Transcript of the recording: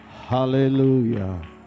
hallelujah